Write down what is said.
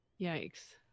Yikes